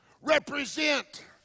represent